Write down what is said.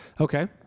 Okay